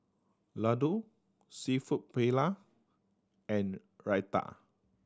Ladoo Seafood Paella and Raita